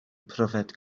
pryfed